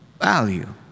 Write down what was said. value